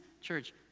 church